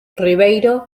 ribeiro